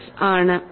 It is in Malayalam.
656ആണ്